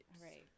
Right